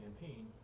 campaign